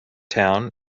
town